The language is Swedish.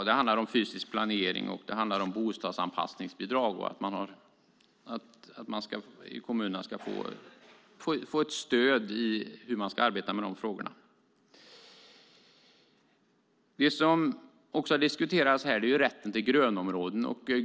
Det handlar om fysisk planering, om bostadsanpassningsbidrag och att man i kommunerna ska få ett stöd i hur man ska arbeta med dessa frågor. Rätten till grönområden har också diskuterats här.